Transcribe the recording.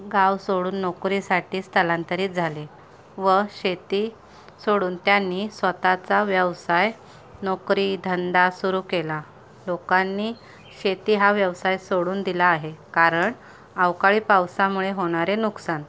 गाव सोडून नोकरीसाठी स्थलांतरित झाले व शेती सोडून त्यांनी स्वतःचा व्यवसाय नोकरीधंदा सुरू केला लोकांनी शेती हा व्यवसाय सोडून दिला आहे कारण अवकाळी पावसामुळे होणारे नुकसान